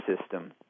system